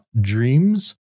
Dreams